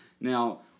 Now –